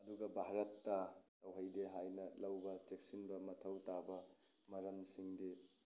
ꯑꯗꯨꯒ ꯚꯥꯔꯠꯇ ꯇꯧꯍꯩꯗꯦ ꯍꯥꯏꯅ ꯂꯧꯕ ꯆꯦꯛꯁꯤꯟꯕ ꯃꯊꯧ ꯇꯥꯕ ꯃꯔꯝꯁꯤꯡꯗꯤ